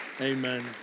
Amen